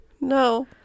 no